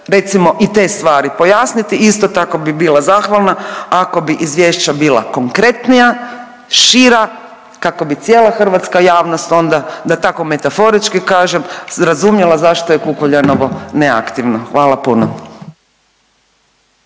recimo i te stvari pojasniti. Isto tako bi bila zahvalna ako bi izvješća bila konkretnija, šira kako bi cijela hrvatska javnost onda da tako metaforički kažem razumjela zašto je Kukuljanovo neaktivno, hvala puno.